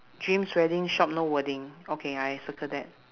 dreams wedding shop no wording okay I circle that